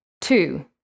Two